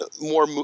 more